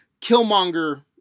Killmonger